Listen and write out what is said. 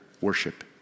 worship